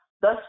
thus